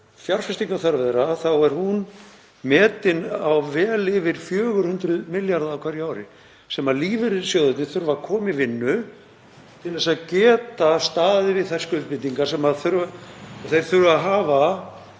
fjárfestingarþörf þeirra er metin á vel yfir 400 milljarða á hverju ári sem lífeyrissjóðirnir þurfa að koma í vinnu til þess að geta staðið við þær skuldbindingar sem þeir hafa.